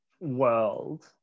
world